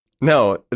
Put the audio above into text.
No